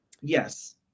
yes